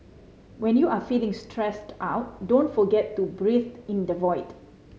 when you are feeling stressed out don't forget to breathe in the void